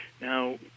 Now